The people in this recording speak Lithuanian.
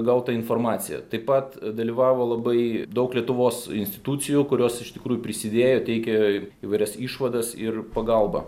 gauta informacija taip pat dalyvavo labai daug lietuvos institucijų kurios iš tikrųjų prisidėjo teikė įvairias išvadas ir pagalbą